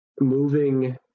moving